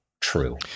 true